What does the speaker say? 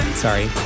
Sorry